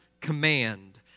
command